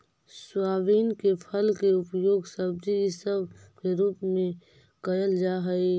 soybean के फल के उपयोग सब्जी इसब के रूप में कयल जा हई